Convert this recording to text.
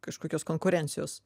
kažkokios konkurencijos